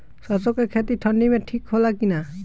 सरसो के खेती ठंडी में ठिक होला कि ना?